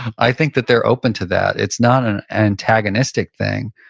i think that they're open to that. it's not an antagonistic thing.